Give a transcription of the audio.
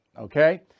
okay